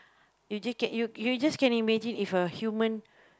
irritate you you just can imagine if a human